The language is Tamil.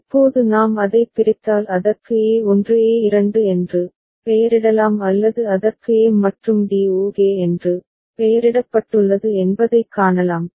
இப்போது நாம் அதைப் பிரித்தால் அதற்கு a1 a2 என்று பெயரிடலாம் அல்லது அதற்கு a மற்றும் d ok என்று பெயரிடப்பட்டுள்ளது என்பதைக் காணலாம்